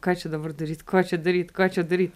ką čia dabar daryt ką čia daryt ką čia daryt